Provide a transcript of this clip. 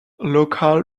local